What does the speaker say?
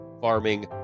farming